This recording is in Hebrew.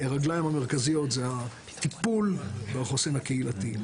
הרגליים המרכזיים זה טיפול בחוסן הקהילתי.